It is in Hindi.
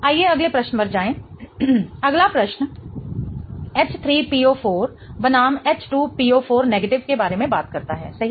आइए अगले प्रश्न पर जाएं अगला प्रश्न H3PO4 बनाम H2PO4 के बारे में बात करता है सही